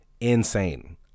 insane